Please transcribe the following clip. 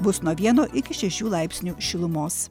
bus nuo vieno iki šešių laipsnių šilumos